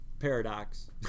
Paradox